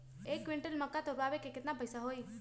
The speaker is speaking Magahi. एक क्विंटल मक्का तुरावे के केतना पैसा होई?